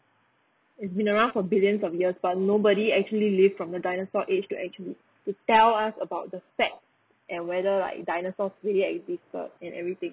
it's been around for billions of years but nobody actually live from the dinosaur age to actually to tell us about the fact and whether like dinosaur truly existed and everything